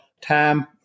time